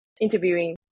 interviewing